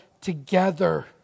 together